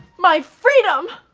my freedom!